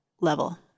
level